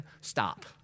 stop